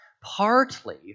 Partly